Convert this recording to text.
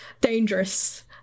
dangerous